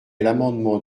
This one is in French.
l’amendement